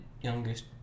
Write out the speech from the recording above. youngest